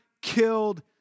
killed